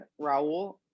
Raul